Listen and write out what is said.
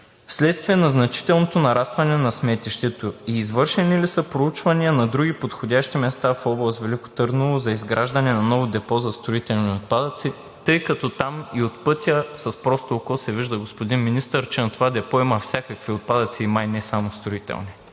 вследствие на значителното нарастване на сметището; извършени ли са проучвания на други подходящи места в област Велико Търново за изграждане на ново депо за строителни отпадъци? Там и от пътя с просто око се вижда, господин Министър, че на това депо има всякакви отпадъци и май не само строителни.